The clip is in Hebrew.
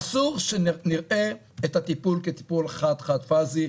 אסור שנראה את הטיפול כטיפול חד-חד-פאזי,